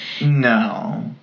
No